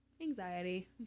anxiety